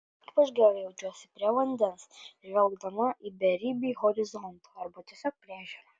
ypač gerai jaučiuosi prie vandens žvelgdama į beribį horizontą arba tiesiog prie ežero